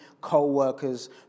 co-workers